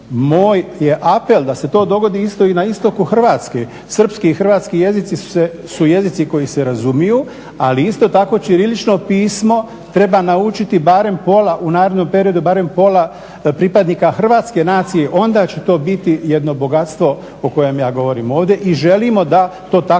Moj je apel da se to dogodi isto i na istoku Hrvatske. Srpski i hrvatski jezici su jezici koji se razumiju ali isto tak ćirilično pismo treba naučiti u narednom periodu barem pola pripadnika hrvatske nacije onda će to biti jedno bogatstvo o kojem ja govorim ovdje i želimo da to tako